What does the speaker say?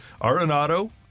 arenado